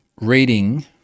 reading